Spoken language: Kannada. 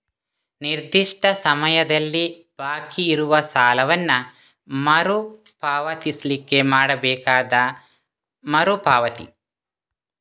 ನಿರ್ದಿಷ್ಟ ಸಮಯದಲ್ಲಿ ಬಾಕಿ ಇರುವ ಸಾಲವನ್ನ ಮರು ಪಾವತಿಸ್ಲಿಕ್ಕೆ ಮಾಡ್ಬೇಕಾದ ಮರು ಪಾವತಿ